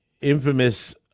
infamous